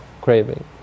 craving